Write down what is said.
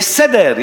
יש סדר,